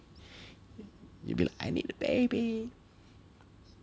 you'll be like I need a baby